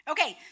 Okay